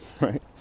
right